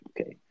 Okay